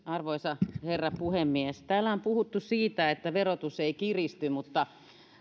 arvoisa herra puhemies täällä on puhuttu siitä että verotus ei kiristy mutta